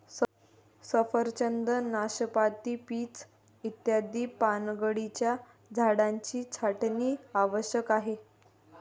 सफरचंद, नाशपाती, पीच इत्यादी पानगळीच्या झाडांची छाटणी आवश्यक आहे